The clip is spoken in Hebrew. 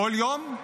בכל יום,